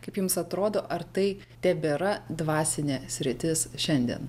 kaip jums atrodo ar tai tebėra dvasinė sritis šiandien